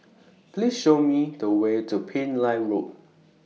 Please Show Me The Way to Pillai Road